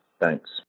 Thanks